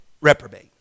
reprobate